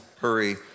hurry